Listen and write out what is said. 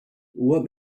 what